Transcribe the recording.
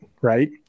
Right